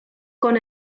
con